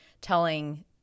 telling